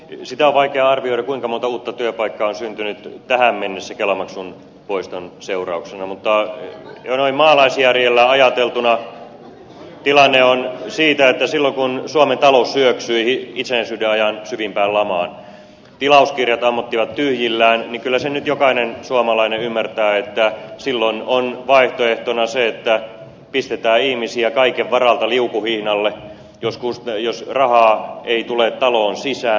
sitä on vaikea arvioida kuinka monta uutta työpaikkaa on syntynyt tähän mennessä kelamaksun poiston seurauksena mutta jo noin maalaisjärjellä kun ajattelee sitä tilannetta kun suomen talous syöksyi itsenäisyyden ajan syvimpään lamaan tilauskirjat ammottivat tyhjillään niin kyllä sen nyt jokainen suomalainen ymmärtää että silloin on vaihtoehtona se että pistetään ihmisiä kaiken varalta liukuhihnalle jos rahaa ei tule taloon sisään